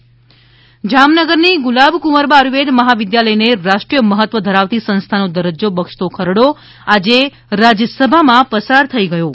Jamnagar Ayurved university જામનગરની ગુલાબકુંવરબા આયુર્વેદ મહાવિદ્યાલયને રાષ્ટ્રીય મહત્વ ધરાવતી સંસ્થાનો દરજજજો બક્ષતો ખરડો આજે રાજ્યસભામાં પસાર થઈ ગયો છે